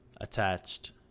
attached